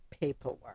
paperwork